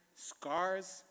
scars